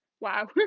wow